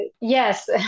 Yes